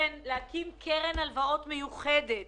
צריך להקים קרן הלוואות מיוחדת